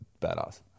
badass